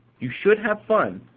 you should have fun,